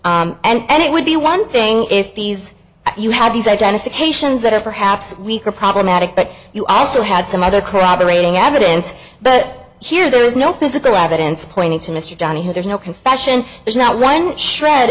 selected and it would be one thing if these you have these identifications that are perhaps weaker problematic but you also had some other corroborating evidence but here there is no physical evidence pointing to mr donahue there's no confession there's not one shred